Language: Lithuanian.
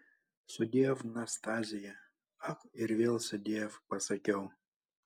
sudiev nastazija ak ir vėl sudiev pasakiau